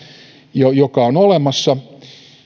joka on olemassa